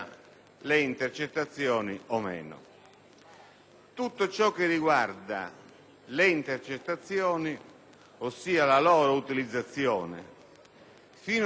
Tutto ciò che riguarda le intercettazioni, ossia la loro utilizzazione fino al punto della loro distruzione,